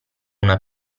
una